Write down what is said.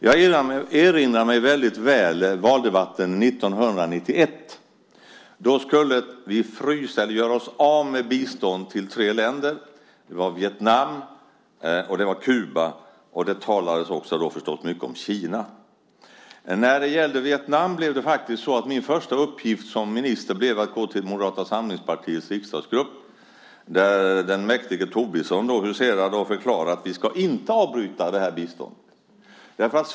Jag erinrar mig mycket väl valdebatten 1991. Då talade vi om att vi skulle frysa eller stoppa bistånd till tre länder, nämligen Vietnam, Kuba och Kina, som det talades mycket om. När det gäller Vietnam blev min första uppgift som minister att gå till Moderata samlingspartiets riksdagsgrupp, där den mäktige Tobisson då huserade, och förklara att vi inte skulle avbryta biståndet.